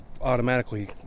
automatically